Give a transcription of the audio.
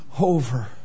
over